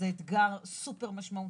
זה אתגר סופר משמעותי.